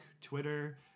Twitter